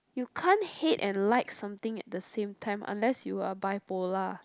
you can't hate and like something at the same time unless you are bipolar